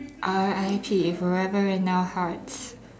R_I_P forever in our hearts